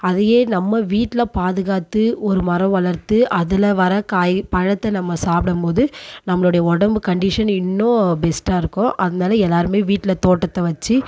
அதையே நம்ம வீட்டில பாதுகாத்து ஒரு மரம் வளர்த்து அதில் வர காய் பழத்தை நம்ம சாப்பிடம் போது நம்மளோடைய உடம்பு கண்டிஷன் இன்னும் பெஸ்ட்டாக இருக்கும் அதனால எல்லாருமே வீட்டில தோட்டத்தை வச்சு